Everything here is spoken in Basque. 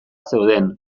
zeuden